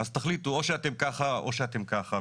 אז תחליטו או שאתם ככה או שאתם ככה.